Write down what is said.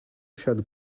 shed